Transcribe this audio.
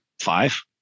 Five